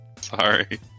Sorry